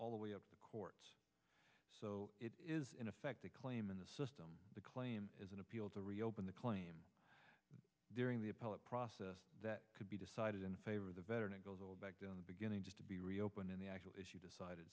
all the way up the courts so it is in effect a claim in the system the claim is an appeal to reopen the claim during the appellate process that could be decided in favor of the veteran and goes all back down the beginning just to be reopening the actual issue decided